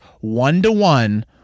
one-to-one